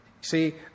See